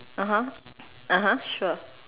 (uh huh) (uh huh) sure